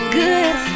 good